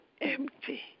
empty